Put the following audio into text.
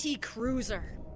cruiser